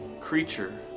creature